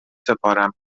سپارم